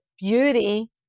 beauty